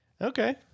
Okay